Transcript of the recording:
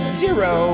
zero